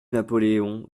napoléon